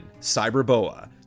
Cyberboa